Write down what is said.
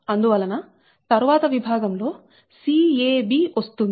అందువలన తరువాత విభాగం లో c a b వస్తుంది